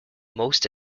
most